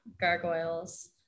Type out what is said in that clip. gargoyles